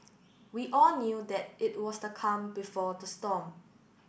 we all knew that it was the calm before the storm